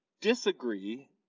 disagree